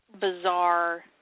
bizarre